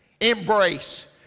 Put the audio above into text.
embrace